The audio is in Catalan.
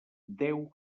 deu